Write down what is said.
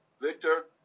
Victor